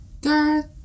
Girl